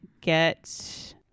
get